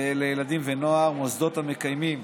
לילדים ולנוער, מוסדות המקיימים